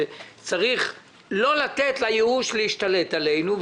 שצריך לא לתת לייאוש להשתלט עלינו,